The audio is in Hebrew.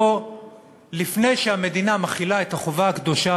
שלפני שהמדינה מחילה את החובה הקדושה